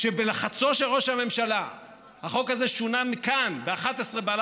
כשבלחצו של ראש הממשלה החוק הזה שונה כאן ב-23:00,